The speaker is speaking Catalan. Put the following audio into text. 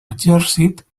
exèrcit